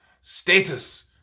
status